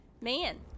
man